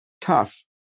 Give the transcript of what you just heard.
tough